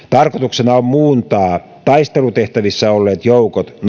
tarkoituksena on muuntaa taistelutehtävissä olleet joukot